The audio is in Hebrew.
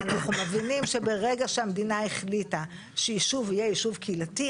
אנחנו מבינים שברגע שהמדינה החליטה שיישוב יהיה יישוב קהילתי,